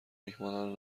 میهمانان